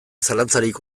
zalantzarik